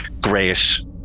great